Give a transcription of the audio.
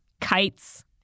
kites